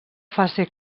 fase